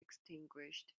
extinguished